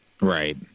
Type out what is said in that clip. Right